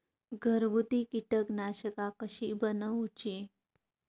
घरगुती कीटकनाशका कशी बनवूची?